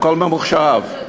הכול ממוחשב.